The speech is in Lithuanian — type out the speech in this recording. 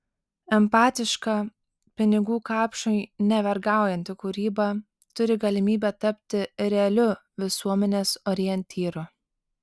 empatiška pinigų kapšui nevergaujanti kūryba turi galimybę tapti realiu visuomenės orientyru